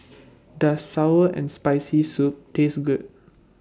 Does Sour and Spicy Soup Taste Good